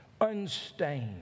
unstained